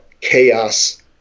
chaos